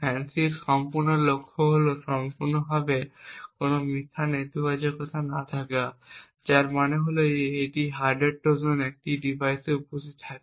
FANCI এর সম্পূর্ণ লক্ষ্য হল সম্পূর্ণরূপে কোনও মিথ্যা নেতিবাচকতা না থাকা যার মানে হল যে যদি একটি হার্ডওয়্যার ট্রোজান একটি ডিভাইসে উপস্থিত থাকে